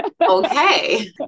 Okay